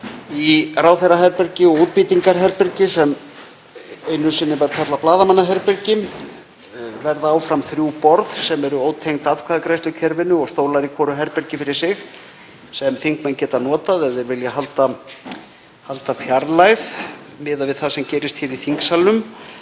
Í ráðherraherbergi og útbýtingarherbergi, sem einu sinni var kallað blaðamannaherbergi, verða áfram þrjú borð sem eru ótengd atkvæðagreiðslukerfinu og stólar í hvoru herbergi fyrir sig sem þingmenn geta notað ef þeir vilja halda fjarlægð miðað við það sem gerist hér í þingsalnum.